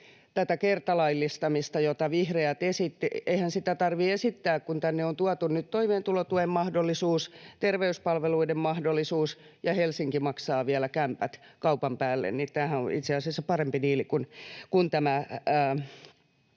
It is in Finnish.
tätä kertalaillistamista, jota vihreät esittivät. Eihän sitä tarvitse esittää, kun tänne on tuotu nyt toimeentulotuen mahdollisuus ja terveyspalveluiden mahdollisuus ja Helsinki maksaa vielä kämpät kaupan päälle. Tämähän on itse asiassa parempi diili kuin tämä